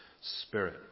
spirit